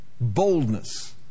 Boldness